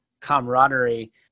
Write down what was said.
camaraderie